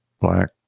Black